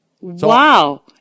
Wow